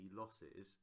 losses